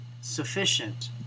sufficient